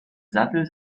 sattel